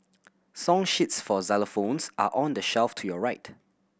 song sheets for xylophones are on the shelf to your right